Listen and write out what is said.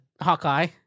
Hawkeye